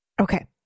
Okay